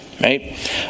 right